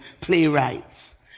playwrights